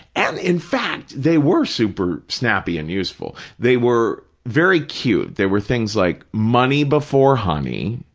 and, in fact, they were super snappy and useful. they were very cute. they were things like, money before honey,